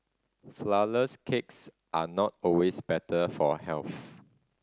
flourless cakes are not always better for health